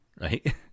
right